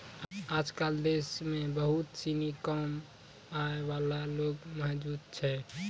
आजकल देश म बहुत सिनी कम आय वाला लोग मौजूद छै